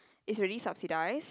it's already subsidised